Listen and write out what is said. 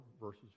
verses